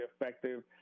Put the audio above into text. effective